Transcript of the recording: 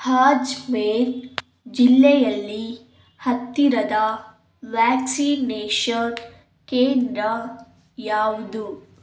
ಹಾಜ್ಮೇರ್ ಜಿಲ್ಲೆಯಲ್ಲಿ ಹತ್ತಿರದ ವ್ಯಾಕ್ಸಿನೇಷನ್ ಕೇಂದ್ರ ಯಾವುದು